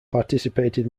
participated